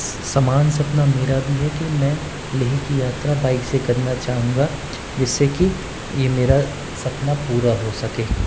समान सपना मेरा भी है कि मैं लेह की यात्रा बाइक से करना चाहूँगा जिस से कि ये मेरा सपना पूरा हो सके